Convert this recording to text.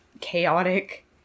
chaotic